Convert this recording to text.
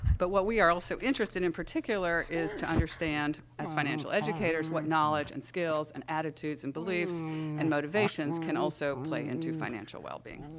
but what we are also interested, in particular, is to understand, as financial educators, what knowledge and skills and attitudes and beliefs and motivations can also play into financial wellbeing.